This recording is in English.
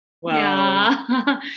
Wow